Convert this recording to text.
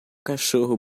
cachorro